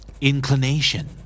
Inclination